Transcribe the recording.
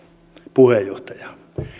puheenjohtajaa